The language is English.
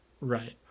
right